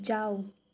जाऊ